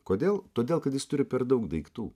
kodėl todėl kad jis turi per daug daiktų